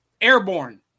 airborne